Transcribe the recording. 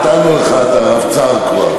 נתנו לך את הרבצ"ר כבר.